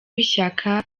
w’ishyaka